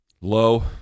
Low